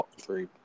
three